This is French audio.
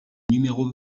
numéro